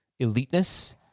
eliteness